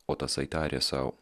o tasai tarė sau